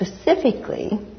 specifically